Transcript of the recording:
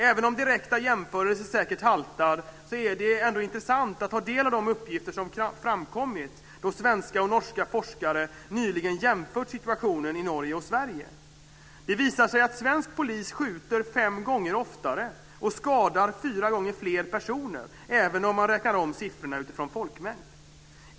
Även om direkta jämförelser säkert haltar är det intressant att ta del av de uppgifter som har framkommit då svenska och norska forskare nyligen jämfört situationen i Norge och Sverige. Det visar sig att svensk polis skjuter fem gånger oftare och skadar fyra gånger fler personer, även om man räknar om siffrorna efter folkmängd.